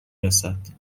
رسد